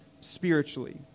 spiritually